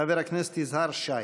חבר הכנסת יזהר שי.